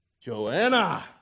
Joanna